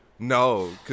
No